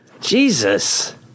Jesus